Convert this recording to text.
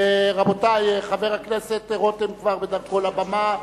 רבותי, חבר הכנסת רותם כבר בדרכו לבמה,